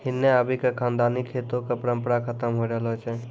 हिन्ने आबि क खानदानी खेतो कॅ परम्परा खतम होय रहलो छै